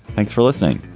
thanks for listening.